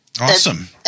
Awesome